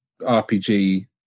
RPG